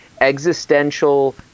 existential